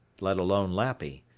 let alone lappy.